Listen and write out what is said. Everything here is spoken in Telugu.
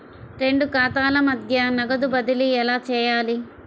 రెండు ఖాతాల మధ్య నగదు బదిలీ ఎలా చేయాలి?